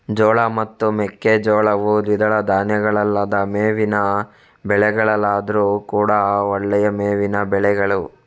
ಜೋಳ ಮತ್ತು ಮೆಕ್ಕೆಜೋಳವು ದ್ವಿದಳ ಧಾನ್ಯಗಳಲ್ಲದ ಮೇವಿನ ಬೆಳೆಗಳಾದ್ರೂ ಕೂಡಾ ಒಳ್ಳೆಯ ಮೇವಿನ ಬೆಳೆಗಳು